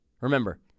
Remember